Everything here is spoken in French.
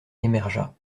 émergea